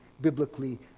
biblically